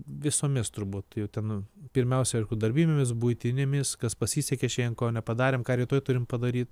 visomis turbūt jau ten pirmiausia darbinėmis buitinėmis kas pasisekė šiandien ko nepadarėm ką rytoj turim padaryt